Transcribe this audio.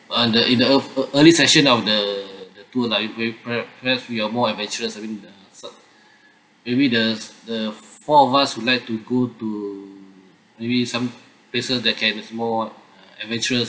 on the in the ear~ e~ early session of the the tour lah we're we're because we are more adventurous I mean the se~ maybe the the four of us would like to go to maybe some places that can is more uh adventurous